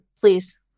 please